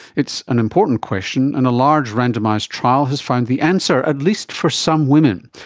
it's an important question, and a large randomised trial has found the answer, at least for some women.